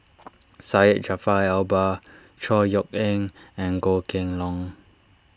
Syed Jaafar Albar Chor Yeok Eng and Goh Kheng Long